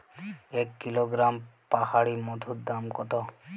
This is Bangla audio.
এক কিলোগ্রাম পাহাড়ী মধুর দাম কত?